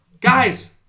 guys